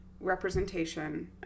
representation